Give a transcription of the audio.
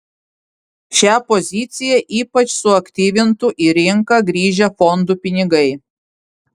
šią poziciją ypač suaktyvintų į rinką grįžę fondų pinigai